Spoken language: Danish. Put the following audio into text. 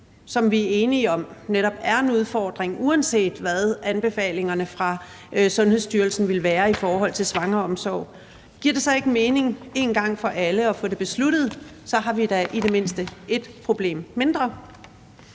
som vi er enige om netop er en udfordring, uanset hvad anbefalingerne fra Sundhedsstyrelsen ville være i forhold til svangreomsorg, giver det så ikke mening at få det besluttet en gang for alle? Så har vi da i det mindste et problem mindre.